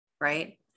right